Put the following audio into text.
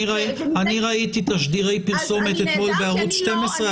אני אתמול ראיתי תשדירי פרסומת בערוץ 11,